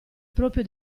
proprio